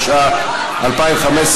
התשע"ה 2015,